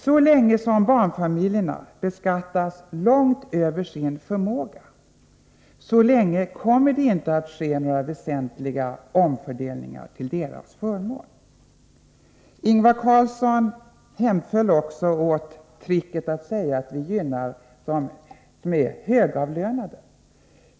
Så länge som barnfamiljerna beskattas långt över sin förmåga, så länge kommer det inte att ske några väsentliga omfördelningar till deras förmån. Ingvar Carlsson hemföll också åt tricket att säga att vi gynnar de högavlönade.